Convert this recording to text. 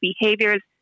behaviors